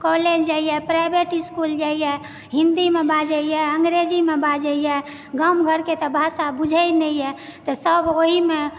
college जाइए private school जाइए हिंदीमे बाजयए अङ्ग्रेजीमे बाजयए गाम घरके तऽ भाषा बुझय नहि यऽ तऽ सभ ओहिमे